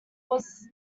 was